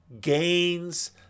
gains